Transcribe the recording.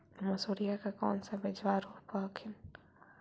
मसुरिया के कौन सा बिजबा रोप हखिन?